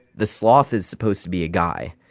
the sloth is supposed to be a guy,